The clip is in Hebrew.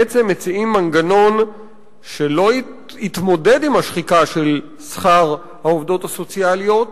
בעצם מציעים מנגנון שלא יתמודד עם השחיקה של שכר העובדות הסוציאליות